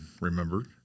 remembered